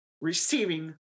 receiving